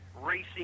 racing